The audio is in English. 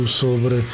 sobre